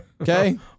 Okay